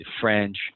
french